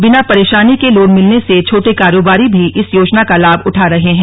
बिना परेशानी के लोन मिलने से छोटे कारोबारी भी इस योजना का लाभ उठा रहे हैं